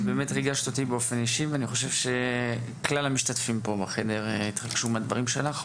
ואני חושב שכלל המשתתפים פה בחדר התרגשו מהדברים שלך.